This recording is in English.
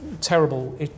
terrible